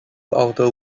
outer